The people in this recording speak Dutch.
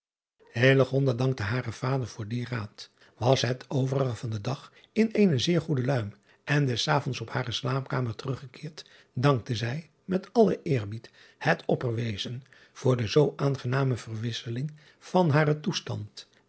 dankte haren vader voor dien raad was het overige van den dag in eene zeer goede luim en des avonds op hare slaapkamer teruggekeerd dankte zij met allen eerbied het pperwezen voor de zoo driaan oosjes zn et leven van illegonda uisman aangename verwisseling van haren toestand